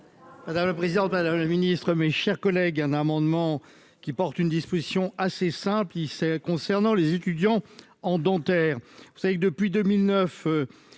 Madame le président, madame la Ministre, mes chers collègues, un amendement qui porte une disposition assez simple, il s'est concernant les étudiants en dentaire,